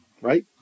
right